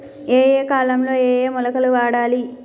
ఏయే కాలంలో ఏయే మొలకలు వాడాలి?